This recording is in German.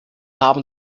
haben